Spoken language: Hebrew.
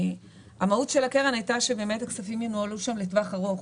המהות של הקרן הייתה שהכספים ינוהלו שם לטווח ארוך,